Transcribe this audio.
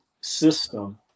system